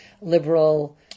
liberal